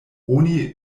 oni